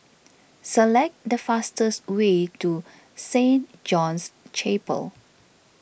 select the fastest way to Saint John's Chapel